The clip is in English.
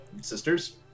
sisters